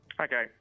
Okay